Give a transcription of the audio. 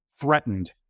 threatened